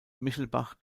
michelbach